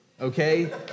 okay